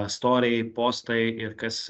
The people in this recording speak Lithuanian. storiai postai ir kas